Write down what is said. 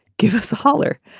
give us a holler.